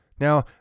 Now